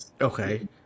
Okay